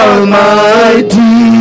Almighty